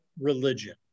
religion